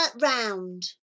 round